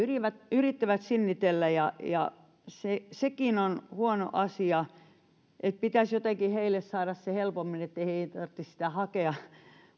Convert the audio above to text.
yrittävät sinnitellä ja ja sekin on huono asia pitäisi jotenkin heille saada se helpommin ettei heidän tarvitsisi sitä hakea